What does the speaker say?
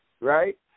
Right